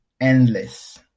endless